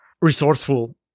resourceful